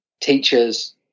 teachers